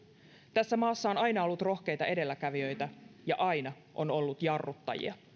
tässä maassa on aina ollut rohkeita edelläkävijöitä ja aina on ollut jarruttajia